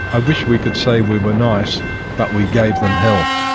i wish we could say we were nice but, we gave them hell.